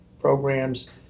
programs